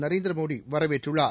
நரேந்திரமோடி வரவேற்றுள்ளார்